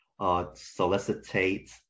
solicitate